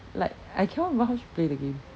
like I cannot remember how she play the game